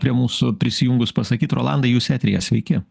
prie mūsų prisijungus pasakyt rolandai jūs eteryje sveiki